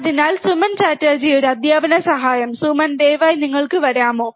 അതിനാൽ സുമൻ ചാറ്റർജി ഒരു അദ്ധ്യാപന സഹായം സുമൻ ദയവായി നിങ്ങൾക്ക് വരാമോ